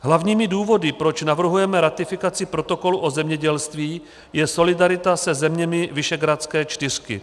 Hlavními důvody, proč navrhujeme ratifikaci protokolu o zemědělství, je solidarita se zeměmi visegrádské čtyřky.